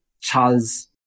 Charles